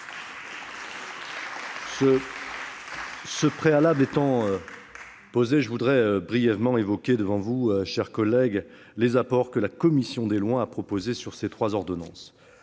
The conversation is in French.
Ce préalable étant posé, je voudrais brièvement évoquer devant vous, mes chers collègues, les apports que la commission des lois a proposés sur ces trois ordonnances.